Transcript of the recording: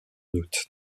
août